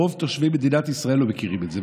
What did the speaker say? רוב תושבי מדינת ישראל לא מכירים את זה,